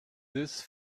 this